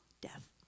death